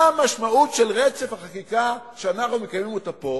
מה המשמעות של רצף החקיקה שאנחנו מקיימים אותה פה